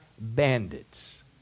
bandits